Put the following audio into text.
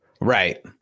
Right